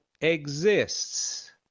exists